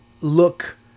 look